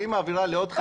שהיא מעבירה לעוד חברה,